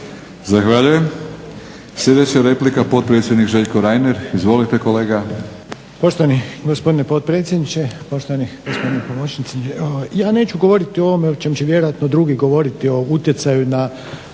Zahvaljujem. Sljedeća replika potpredsjednik Željko Reiner. Izvolite kolega.